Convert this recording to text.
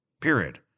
period